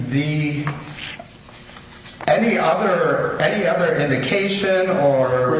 the any offer any other indication or